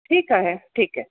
ठीक आहे ठीक आहे